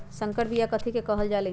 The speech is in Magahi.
संकर बिया कथि के कहल जा लई?